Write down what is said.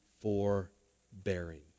forbearing